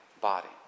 body